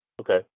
Okay